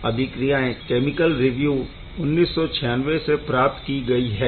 यह अभिक्रियाएं chemical review 1996 से प्राप्त की गई है